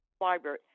library